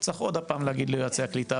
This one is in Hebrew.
צריך עוד הפעם להגיד ליועצי הקליטה,